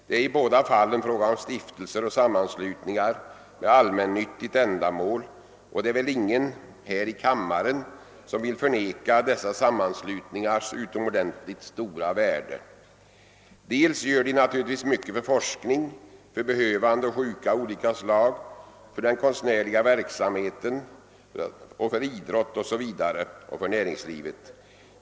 Det är i båda fallen fråga om stiftelser och sammanslutningar med allmännyttigt ändamål, och det är väl ingen här i kammaren som vill förneka dessa sammanslutningars. utomordentligt stora värde. Dels gör de naturligtvis mycket för forskning, för behövande och sjuka av olika slag, för konstnärlig verksamhet, för idrotten och för vårt näringsliv.